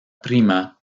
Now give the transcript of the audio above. prima